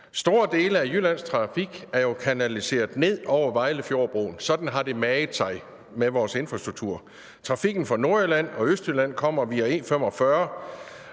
Store dele af Jyllands trafik er jo kanaliseret ned over Vejlefjordbroen – sådan har det maget sig med vores infrastruktur. Trafikken fra Nordjylland og Østjylland kommer via E45,